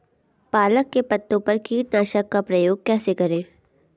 पालक के पत्तों पर कीटनाशक का प्रयोग कैसे करें?